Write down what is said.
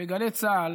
בגלי צה"ל